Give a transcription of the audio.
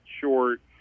short